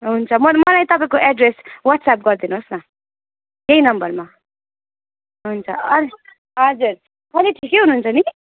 हुन्छ म मलाई तपाईँको एड्रेस वाट्सएप गरिदिनु होस् न यही नम्बरमा हुन्छ अनि हजुर अहिले ठिकै हुनु हुन्छ नि